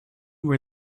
were